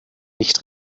nicht